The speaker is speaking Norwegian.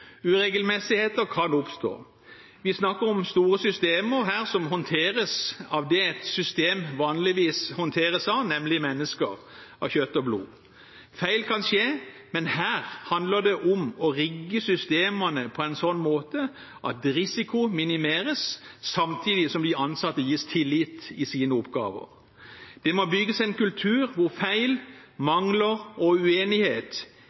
Uregelmessigheter kan oppstå. Vi snakker her om store systemer som håndteres av det et system vanligvis håndteres av, nemlig mennesker av kjøtt og blod. Feil kan skje, men her handler det om å rigge systemene på en sånn måte at risiko minimeres, samtidig som de ansatte gis tillit i sine oppgaver. Det må bygges en kultur hvor feil,